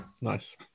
Nice